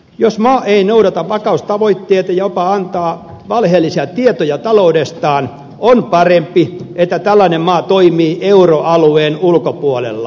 jos maa ei noudata vakaustavoitteita ja jopa antaa valheellisia tietoja taloudestaan on parempi että tällainen maa toimii euroalueen ulkopuolella